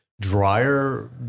drier